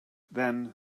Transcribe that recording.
then